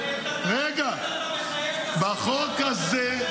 בחוק הזה,